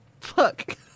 Fuck